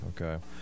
Okay